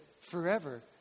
forever